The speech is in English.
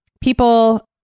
people